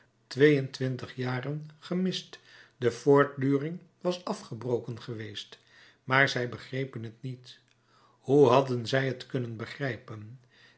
twee-en-twintig jaren gemist de voortduring was afgebroken geweest maar zij begrepen het niet hoe hadden zij het kunnen begrijpen